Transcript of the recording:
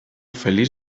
feliç